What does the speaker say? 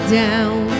down